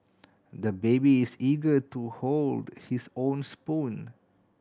the baby is eager to hold his own spoon